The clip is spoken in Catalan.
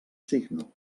signo